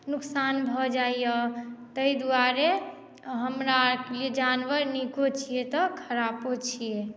नुकसान भऽ जाइया ताहि दुआरे हमरा आरके जानवर निको छियै तऽ खराबो छै